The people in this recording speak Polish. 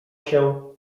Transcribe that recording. się